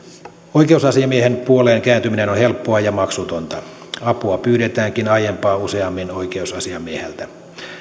oikeusasiamiehen puoleen kääntyminen on helppoa ja maksutonta apua pyydetäänkin aiempaa useammin oikeusasiamieheltä